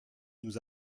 nous